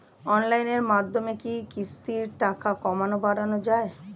অনলাইনের মাধ্যমে কি কিস্তির টাকা কমানো বাড়ানো যায়?